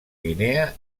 guinea